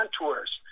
contours